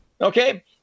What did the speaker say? okay